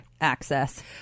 access